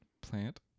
Plant